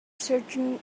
surgeon